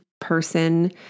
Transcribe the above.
person